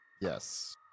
Yes